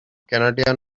canadian